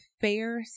Fair